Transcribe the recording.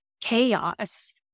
chaos